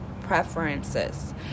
preferences